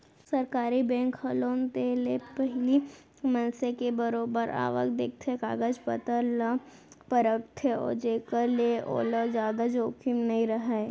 सरकारी बेंक ह लोन देय ले पहिली मनसे के बरोबर आवक देखथे, कागज पतर ल परखथे जेखर ले ओला जादा जोखिम नइ राहय